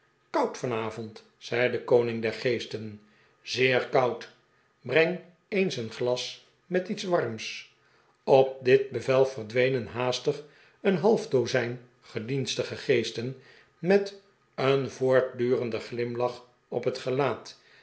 koud vanavond zei de koning der geesten zeer koud breng eens een glas met iets warms op'dit bevel verdwenen haastig een half dozijn gedienstige geesten met een voortdurenden glimlach op het gelaat